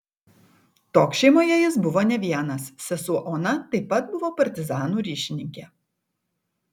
toks šeimoje jis buvo ne vienas sesuo ona taip pat buvo partizanų ryšininkė